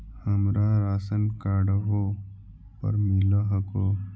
हमरा राशनकार्डवो पर मिल हको?